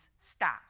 stop